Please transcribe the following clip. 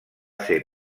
ser